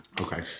Okay